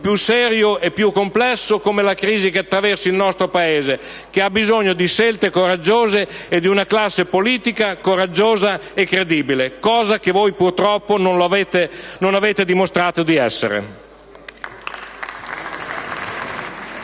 più serio è più complesso come la crisi che attraversa il Paese, che ha bisogno di scelte coraggiose e di una classe politica coraggiosa e credibile, cosa che voi, purtroppo, non avete dimostrato di essere.